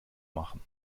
machen